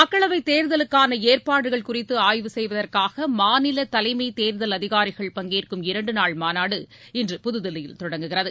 மக்களவை தேர்தலுக்கான ஏற்பாடுகள் குறித்து ஆய்வு செய்வதற்காக தலைமை தேர்தல் அதிகாரிகள் பங்கேற்கும் இரண்டு நாள் மாநாடு இன்று புதுதில்லியில் தொடங்குகிறது